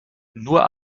nur